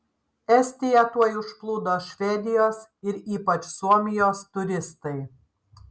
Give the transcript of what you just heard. estiją tuoj užplūdo švedijos ir ypač suomijos turistai